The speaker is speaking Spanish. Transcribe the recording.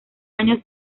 año